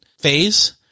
phase